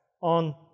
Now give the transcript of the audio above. on